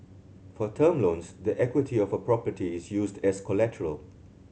for term loans the equity of a property is used as collateral